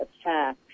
attack